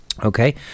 Okay